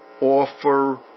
offer